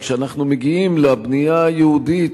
וכשאנחנו מגיעים לבנייה היהודית,